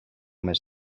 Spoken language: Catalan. mes